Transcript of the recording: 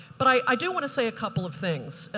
but i do want to say a couple of things.